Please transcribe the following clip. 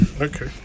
Okay